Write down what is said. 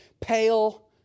pale